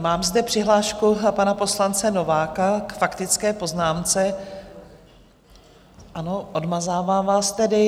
Mám zde přihlášku pana poslance Nováka k faktické poznámce ano, odmazávám vás tedy.